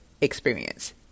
experience